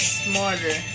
smarter